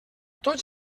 tots